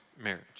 marriage